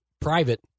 private